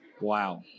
Wow